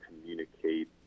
communicate